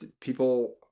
people